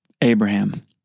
Abraham